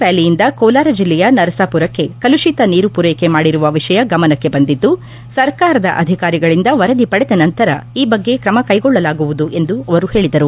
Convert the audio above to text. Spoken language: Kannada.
ವ್ಯಾಲಿಯಿಂದ ಕೋಲಾರ ಜಿಲ್ಲೆಯ ನರಸಾಪುರಕ್ಕೆ ಕಲುಡಿತ ನೀರು ಪೂರೈಕೆ ಮಾಡಿರುವ ವಿಷಯ ಗಮನಕ್ಕೆ ಬಂದಿದ್ದು ಸರ್ಕಾರದ ಅಧಿಕಾರಿಗಳಿಂದ ವರದಿ ಪಡೆದ ನಂತರ ಈ ಬಗ್ಗೆ ಕ್ರಮ ಕೈಗೊಳ್ಳಲಾಗುವುದು ಎಂದು ಅವರು ಹೇಳಿದರು